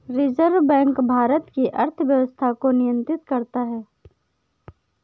reserve bank Bharat की अर्थव्यवस्था को नियन्त्रित करता है